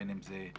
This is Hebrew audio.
בין אם זה הרוגים,